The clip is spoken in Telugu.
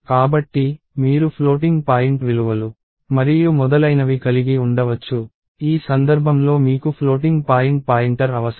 కాబట్టి మీరు ఫ్లోటింగ్ పాయింట్ విలువలు మరియు మొదలైనవి కలిగి ఉండవచ్చు ఈ సందర్భంలో మీకు ఫ్లోటింగ్ పాయింట్ పాయింటర్ అవసరం